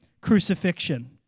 crucifixion